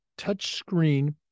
touchscreen